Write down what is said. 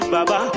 Baba